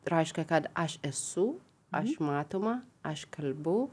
tai reiškia kad aš esu aš matoma aš kalbu